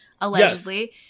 Allegedly